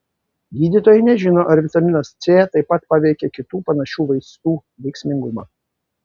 gydytojai nežino ar vitaminas c taip pat paveikia kitų panašių vaistų veiksmingumą